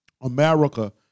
America